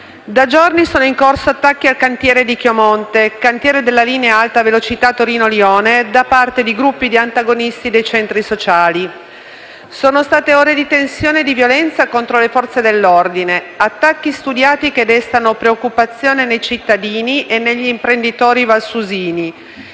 Da giorni sono in corso attacchi al cantiere di Chiomonte, cantiere della linea Alta Velocità Torino-Lione, da parte di gruppi di antagonisti dei centri sociali. Sono state ore di tensione e di violenza contro le Forze dell'ordine, attacchi studiati che destano preoccupazione nei cittadini e negli imprenditori valsusini,